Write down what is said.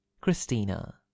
Christina